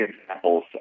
examples